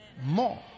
more